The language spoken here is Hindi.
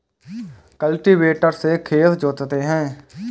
कल्टीवेटर से खेत जोतते हैं